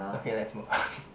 okay let's move on